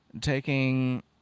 Taking